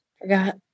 Forgot